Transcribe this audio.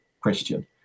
christian